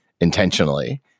intentionally